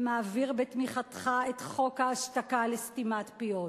מעביר בתמיכתך את חוק ההשתקה לסתימת פיות.